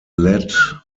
let